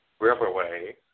riverway